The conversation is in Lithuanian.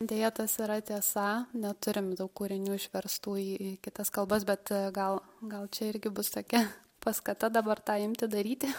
deja tas yra tiesa neturim daug kūrinių išverstų į į kitas kalbas bet gal gal čia irgi bus tokia paskata dabar tą imti daryti